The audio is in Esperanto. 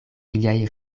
iliaj